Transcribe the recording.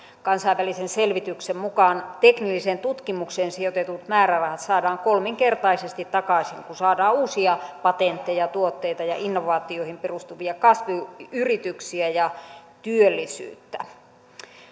kansainvälisen selvityksen mukaan teknilliseen tutkimukseen sijoitetut määrärahat saadaan kolminkertaisesti takaisin kun saadaan uusia patentteja tuotteita ja innovaatioihin perustuvia kasvuyrityksiä ja työllisyyttä